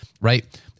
right